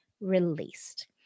released